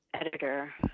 editor